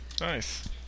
Nice